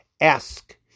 Ask